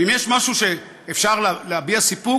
ואם יש משהו שבו אפשר להביע סיפוק,